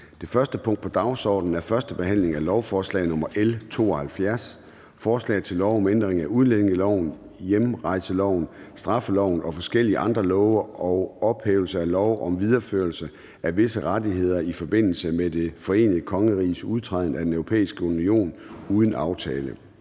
Det første punkt på dagsordenen er: 1) 1. behandling af lovforslag nr. L 72: Forslag til lov om ændring af udlændingeloven, hjemrejseloven, straffeloven og forskellige andre love og ophævelse af lov om videreførelse af visse rettigheder i forbindelse med Det Forenede Kongeriges udtræden af Den Europæiske Union uden en aftale.